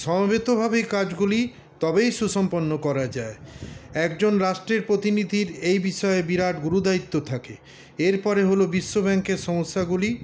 সমবেতভাবেই কাজগুলি তবেই সুসম্পন্ন করা যায় একজন রাষ্ট্রের প্রতিনিধির এই বিষয়ে বিরাট গুরু দায়িত্ব থাকে এরপরে হল বিশ্ব ব্যাঙ্কের সমস্যাগুলি